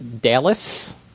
Dallas